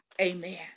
Amen